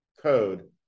Code